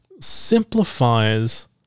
simplifies